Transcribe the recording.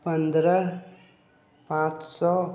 पन्द्रह पाँच सए